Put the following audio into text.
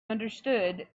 understood